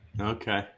okay